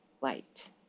light